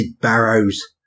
barrows